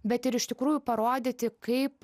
bet ir iš tikrųjų parodyti kaip